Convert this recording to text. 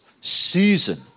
season